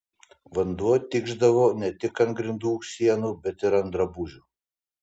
vanduo tikšdavo ne tik ant grindų sienų bet ir ant drabužių